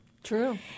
True